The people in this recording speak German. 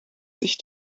sich